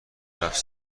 رفت